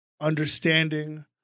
understanding